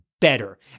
better